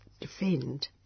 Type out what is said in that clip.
defend